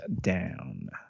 down